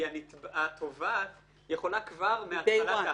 כי התובעת יכולה כבר מהתחלת התהליך,